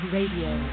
Radio